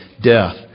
death